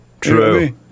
True